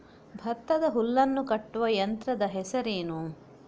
ಭತ್ತದ ಹುಲ್ಲನ್ನು ಕಟ್ಟುವ ಯಂತ್ರದ ಹೆಸರೇನು?